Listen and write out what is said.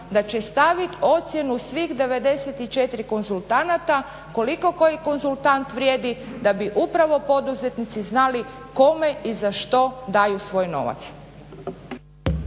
da će staviti ocjenu svih 94 konzultanta koliko koji konzultant vrijedi da bi upravo poduzetnici znali kome i za što daju svoj novac.